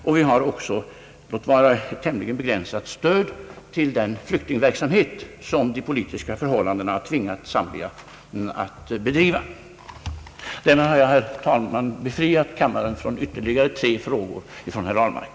Vi lämnar också stöd — låt vara tämligen begränsat — till den flyktinghjälp som de politiska förhållandena tvingat Zambia att bedriva. Därmed har jag, herr talman, befriat kammaren från ytterligare tre frågor av herr Ahlmark.